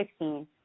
2016